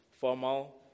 formal